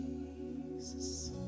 Jesus